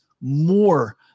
more